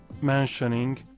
mentioning